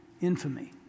infamy